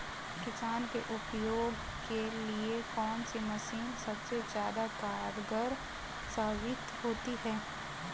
किसान के उपयोग के लिए कौन सी मशीन सबसे ज्यादा कारगर साबित होती है?